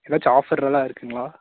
ஏதாச்சும் ஆஃபர்யெலாம் இருக்குதுங்களா